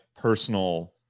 personal